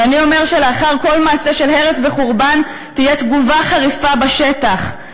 ואני אומר שלאחר כל מעשה של הרס וחורבן תהיה תגובה חריפה בשטח.